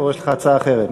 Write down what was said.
או יש לך הצעה אחרת?